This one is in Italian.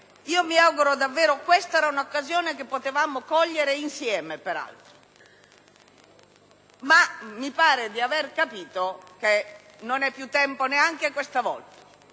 grave. Questa era un'occasione che potevamo cogliere insieme, peraltro, ma mi sembra di avere capito che non è più tempo neanche questa volta.